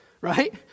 right